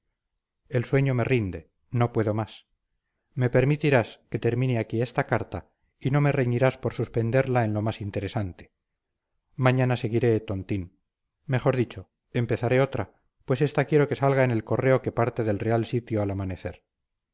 el sueño me rinde no puedo más me permitirás que termine aquí esta carta y no me reñirás por suspenderla en lo más interesante mañana seguiré tontín mejor dicho empezaré otra pues esta quiero que salga en el correo que parte del real sitio al amanecer